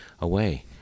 away